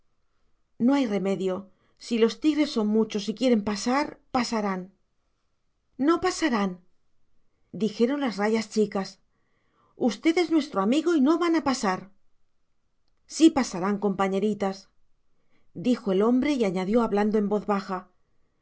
no hay remedio si los tigres son muchos y quieren pasar pasarán no pasarán dijeron las rayas chicas usted es nuestro amigo y no van a pasar sí pasarán compañeritas dijo el hombre y añadió hablando en voz baja